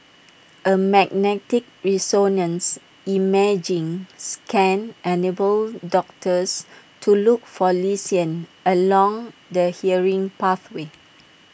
A magnetic resonance imaging scan enables doctors to look for lesions along the hearing pathway